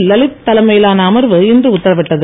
லலித் தலைமையிலான அமர்வு இன்று உத்தரவிட்டது